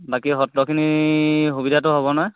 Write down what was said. বাকী সত্ৰখিনি সুবিধাটো হ'ব নহয়